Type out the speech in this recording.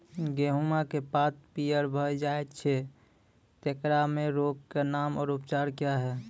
गेहूँमक पात पीअर भअ जायत छै, तेकरा रोगऽक नाम आ उपचार क्या है?